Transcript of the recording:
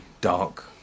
dark